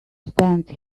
stand